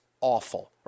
awful